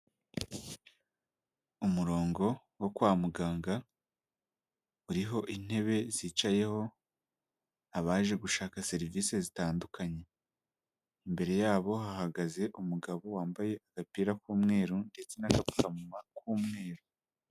Umurongo wo kwa muganga, uriho intebe zicayeho abaje gushaka serivise zitandukanye, imbere yabo hahagaze umugabo wambaye agapira k'umweru ndetse n'agapfukamunwa k'umweru.